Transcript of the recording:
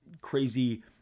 crazy